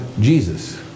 Jesus